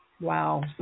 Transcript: Wow